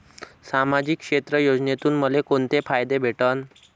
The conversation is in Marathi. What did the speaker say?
सामाजिक क्षेत्र योजनेतून मले कोंते फायदे भेटन?